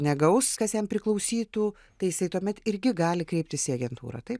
negaus kas jam priklausytų tai jisai tuomet irgi gali kreiptis į agentūrą taip